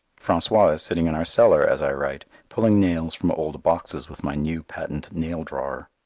francois is sitting in our cellar as i write pulling nails from old boxes with my new patent nail-drawer.